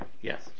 Yes